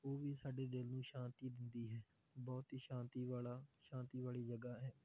ਉਹ ਵੀ ਸਾਡੇ ਦਿਲ ਨੂੰ ਸ਼ਾਂਤੀ ਦਿੰਦੀ ਹੈ ਬਹੁਤ ਹੀ ਸ਼ਾਂਤੀ ਵਾਲਾ ਸ਼ਾਂਤੀ ਵਾਲੀ ਜਗ੍ਹਾ ਹੈ